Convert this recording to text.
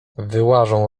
wyłażą